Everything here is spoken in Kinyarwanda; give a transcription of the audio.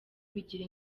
bigira